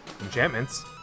enchantments